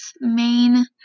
main